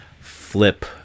flip